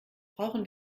brauchen